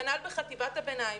כנ"ל בחטיבת הביניים,